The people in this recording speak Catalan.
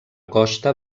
costa